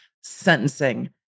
sentencing